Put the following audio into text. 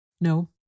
No